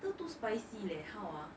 later too spicy leh how ah